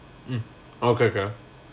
mm okay okay